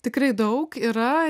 tikrai daug yra